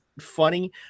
funny